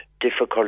difficult